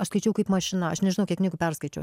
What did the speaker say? aš skaičiau kaip mašina aš nežinau kiek knygų perskaičiau